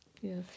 Yes